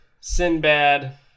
Sinbad